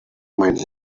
money